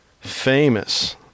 famous